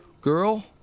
girl